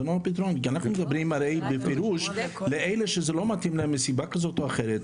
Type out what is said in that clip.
כי אנחנו מדברים הרי בפירוש לאלה שזה לא מתאים להם מסיבה כזאת או אחרת,